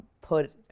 put